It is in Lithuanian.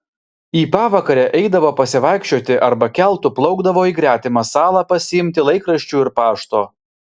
į pavakarę eidavo pasivaikščioti arba keltu plaukdavo į gretimą salą pasiimti laikraščių ir pašto